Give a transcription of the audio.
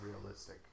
realistic